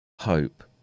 hope